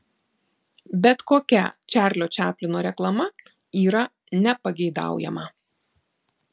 bet kokia čarlio čaplino reklama yra nepageidaujama